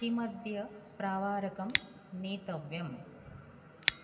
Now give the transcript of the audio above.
किमद्य प्रावारकं नेतव्यम्